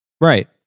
Right